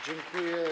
Dziękuję.